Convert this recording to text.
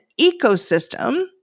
ecosystem